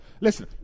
Listen